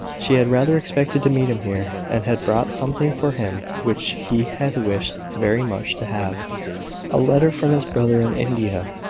she had rather expected to meet him here, and had brought something for him which he had wished very much to have a letter from his brother in india.